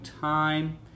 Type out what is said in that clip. time